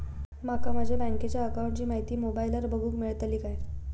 माका माझ्या बँकेच्या अकाऊंटची माहिती मोबाईलार बगुक मेळतली काय?